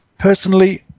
Personally